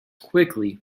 quickly